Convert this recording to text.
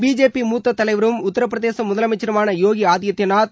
BJP மூத்த தலைவரும் உத்தரப் பிரதேச முதலமைச்சருமான யோகி ஆதித்யநாத்